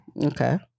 Okay